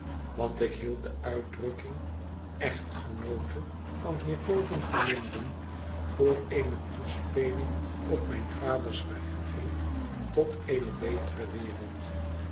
want ik hield de uitdrukking echtgenoote van hierboven genoemden voor eene toespeling op mijn vaders verheffing tot eene betere wereld